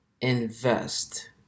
invest